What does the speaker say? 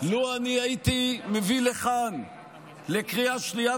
לו אני הייתי מביא לכאן לקריאה שנייה